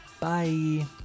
Bye